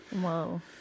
Whoa